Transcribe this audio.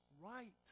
right